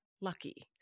lucky